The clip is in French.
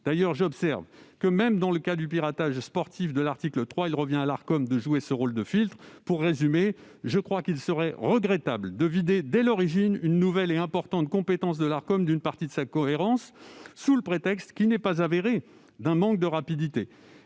D'ailleurs, j'observe que, même dans le cadre du piratage sportif, il revient à l'Arcom, selon l'article 3 du projet de loi, de jouer le rôle de filtre. Pour résumer, je crois qu'il serait regrettable de vider, dès l'origine, une nouvelle et importante compétence de l'Arcom d'une partie de sa cohérence, sous le prétexte, qui n'est pas avéré, d'un manque de rapidité.